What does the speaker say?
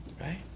right